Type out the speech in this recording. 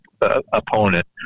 opponent